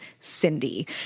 Cindy